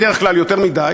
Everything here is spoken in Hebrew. בדרך כלל יותר מדי.